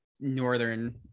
northern